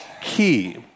key